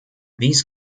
these